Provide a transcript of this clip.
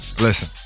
Listen